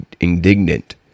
indignant